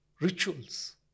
rituals